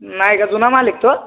नाही का जुना माल विकतो